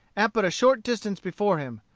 at but a short distance before him,